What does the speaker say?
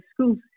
schools